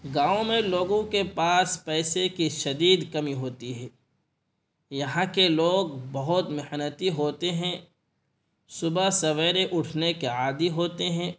گاؤں میں لوگوں کے پاس پیسے کی شدید کمی ہوتی ہے یہاں کے لوگ بہت محنتی ہوتے ہیں صبح سویرے اٹھنے کے عادی ہوتے ہیں